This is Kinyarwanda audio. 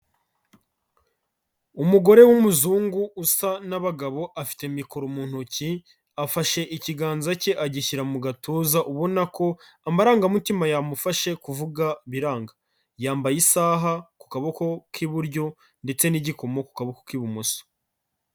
Umugore w'umuzungu usa n'abagabo afite mikoro mu ntoki, afashe ikiganza cye agishyira mu gatuza ubona ko amarangamutima yamufashe kuvuga biranga. Yambaye isaha ku kaboko k'iburyo ndetse n'igikomo ku kaboko k'ibumoso.